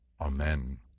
amen